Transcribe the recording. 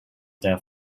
their